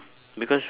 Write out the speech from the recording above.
because